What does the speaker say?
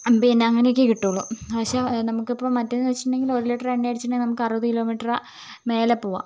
പിന്നെ അങ്ങനെയൊക്കെ കിട്ടുകയുള്ളു പക്ഷെ നമുക്കിപ്പം മറ്റേതെന്ന് വെച്ചിട്ടുണ്ടെങ്കില് ഒരു ലിറ്റർ എണ്ണ അടിച്ചിട്ടുണ്ടെങ്കില് നമുക്ക് അറുപത് കിലോമീറ്റർ മുകളിൽ പോകാം